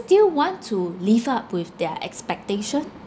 still want to live up with their expectation